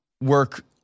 work